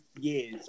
years